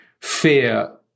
fear